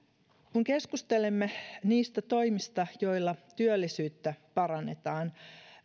kun keskustelemme niistä toimista joilla työllisyyttä parannetaan